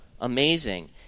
amazing